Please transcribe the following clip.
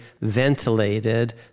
ventilated